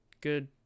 Good